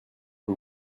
who